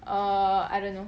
err I don't know